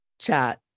chat